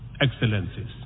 Excellencies